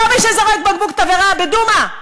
לא מי שזורק בקבוק תבערה בדומא.